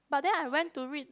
but then I went to read